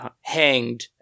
hanged